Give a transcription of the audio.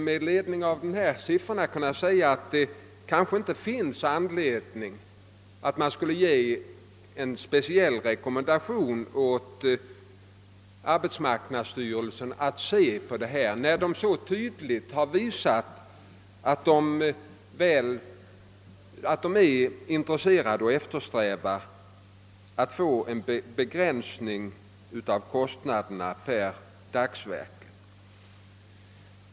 Mot bakgrunden av nämnda siffror kan man väl säga att det egentligen inte finns någon anledning att ge arbetsmarknadsstyrelsen en speciell rekommendation att se över verksamheten, när man i verket så tydligt har visat att man eftersträvar en begränsning av kostnaderna per dagsverke.